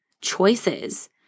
choices